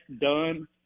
done